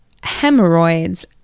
hemorrhoids